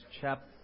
chapter